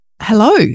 Hello